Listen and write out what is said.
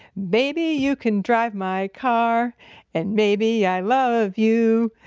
baby, you can drive my car and maybe i love you.